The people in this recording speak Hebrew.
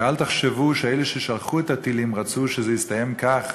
ואל תחשבו שאלה ששלחו את הטילים רצו שזה יסתיים כך.